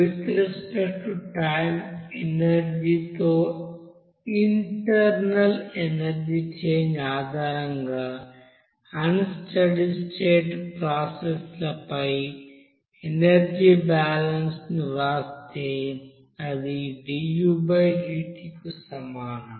with respect to time energy తో internal energy change ఆధారంగా unsteady state process లపై energy balance ను వ్రాస్తే అది dUdt కు సమానం